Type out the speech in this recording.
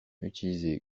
utilisé